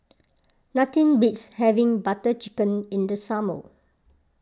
nothing beats having Butter Chicken in the summer